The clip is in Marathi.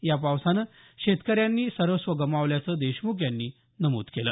या पावसानं शेतकऱ्यांनी सर्वस्व गमावल्याचं देशमुख यांनी नमूद केलं